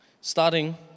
starting